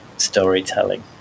Storytelling